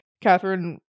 Catherine